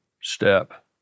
step